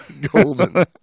Golden